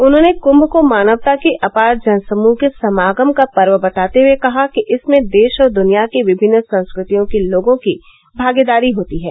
उन्होंने कुंभ को मानवता की अपार जनसमूह के समागम का पर्व बताते हुए कहा कि इसमें देश और दुनिया की विभिन्न संस्कृतियों के लोगों की भागीदारी होती है